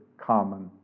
common